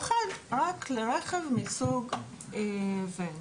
ואחת רק לרכב מסוג וואן